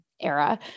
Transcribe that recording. era